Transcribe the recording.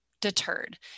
deterred